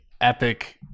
Epic